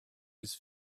his